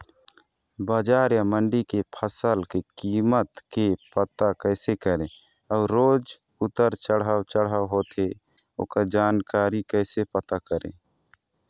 बजार या मंडी के फसल के कीमत के पता कैसे करें अऊ रोज उतर चढ़व चढ़व होथे ओकर जानकारी कैसे पता करें?